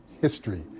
history